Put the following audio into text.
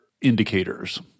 indicators